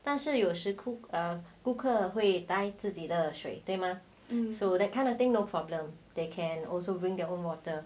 但是有时候顾客会带自己的水对吗 so that kind of thing no problem they can also bring their own water